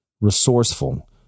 resourceful